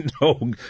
no